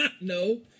No